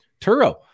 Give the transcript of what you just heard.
Turo